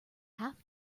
half